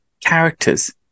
characters